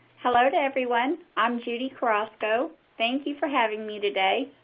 hello to everyone. i'm judy carrasco. thank you for having me today.